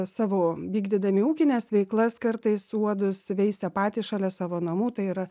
savo vykdydami ūkines veiklas kartais uodus veisia patys šalia savo namų tai yra